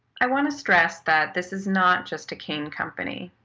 i want to stress that this is not just a cane company.